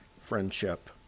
friendship